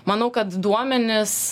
manau kad duomenys